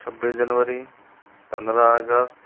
छब्बिस जनवरी पंद्रह अगस्त